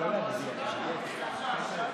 רגע, אני אעצור לך את השעון שנייה.